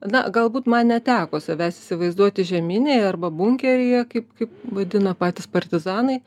na galbūt man neteko savęs įsivaizduoti žieminėjė arba bunkeryje kaip kaip vadina patys partizanai